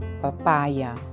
papaya